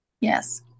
Yes